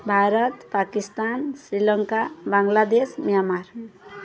Bharat Pakistan Sri Lanka Bangladesh Myanmar